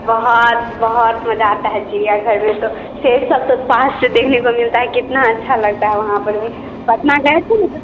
बहुत बहुत मज़ा आता है चिड़ियाघर में तो शेर सब तो पास से देखने को मिलता है कितना अच्छा लगता है वहाँ पर भी पटना गए थे ना तो